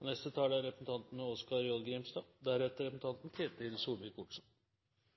Presidenten tillater seg å minne om at så langt er